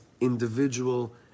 individual